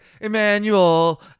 Emmanuel